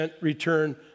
return